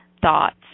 thoughts